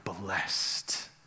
blessed